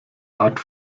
art